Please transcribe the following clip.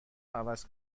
عوض